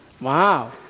Wow